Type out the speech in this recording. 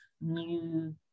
new